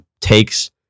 takes